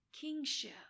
kingship